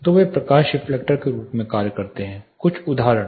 तो वे प्रकाश रिफ्लेक्टर के रूप में कार्य करते हैं कुछ उदाहरण